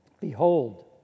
behold